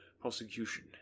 prosecution